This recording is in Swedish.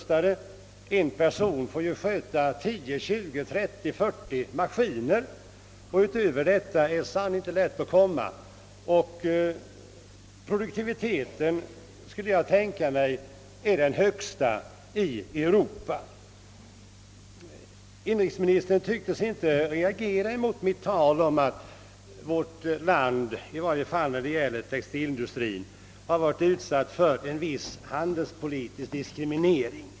Redan nu får en person sköta upp till 40 maskiner, och mycket längre är inte lätt att komma. Jag skulle också tro att produktionskapaciteten inom svensk textilindustri är den högsta i Europa. Inrikesministern tycktes inte reagera emot mitt tal om att vårt land, i varje fall när det gäller textilindustrien, varit utsatt för en viss handelspolitisk diskriminering.